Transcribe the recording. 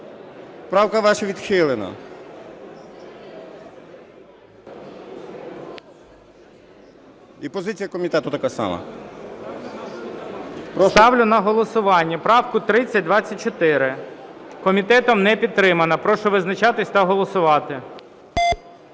Правка ваша відхилена і позиція комітету така сама. ГОЛОВУЮЧИЙ. Ставлю на голосування правку 3024, комітетом не підтримана. Прошу визначатися та голосувати.